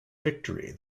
victory